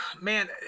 Man